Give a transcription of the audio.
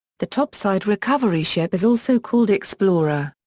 the topside recovery ship is also called explorer.